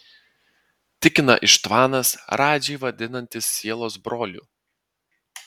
tikina ištvanas radžį vadinantis sielos broliu